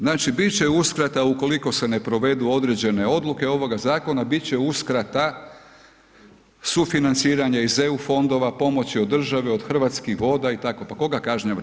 Znači, bit će uskrata ukoliko se ne provedu određene odluke ovoga zakona, bit će uskrata sufinanciranja iz EU fondova, pomoći od države, od Hrvatskih voda i tako, pa koga kažnjavamo?